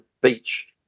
beach